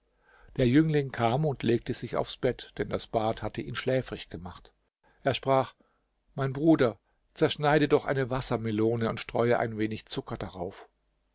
der jüngling kam und legte sich aufs bett denn das bad hatte ihn schläfrig gemacht er sprach mein bruder zerschneide doch eine wassermelone und streue ein wenig zucker darauf